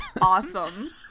awesome